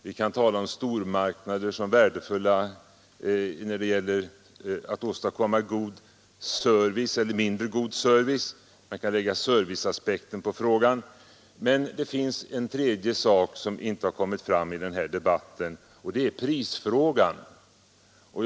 Vi kan tala om stormarknader som värdefulla eller mindre värdefulla när det gäller att åstadkomma god service. Men det finns en tredje sak som inte kom fram i den här debatten, och det är prisfrågan.